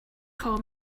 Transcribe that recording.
call